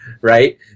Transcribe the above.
Right